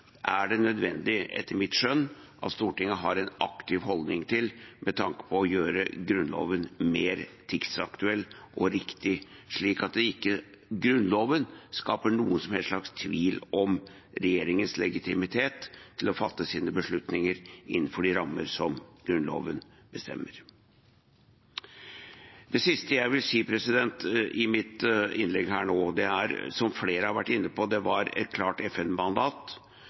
mitt skjønn nødvendig at Stortinget har en aktiv holdning til med tanke på å gjøre Grunnloven mer tidsaktuell og riktig, slik at ikke Grunnloven skaper noen som helst slags tvil om regjeringens legitimitet til å fatte sine beslutninger innenfor de rammer som Grunnloven bestemmer. Det siste jeg vil si i mitt innlegg, er – som flere har vært inne på – at det var et klart